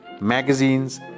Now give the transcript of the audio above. magazines